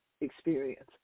experience